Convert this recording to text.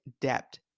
debt